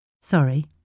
Sorry